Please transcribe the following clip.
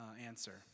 answer